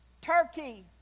Turkey